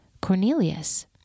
Cornelius